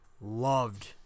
loved